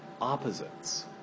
opposites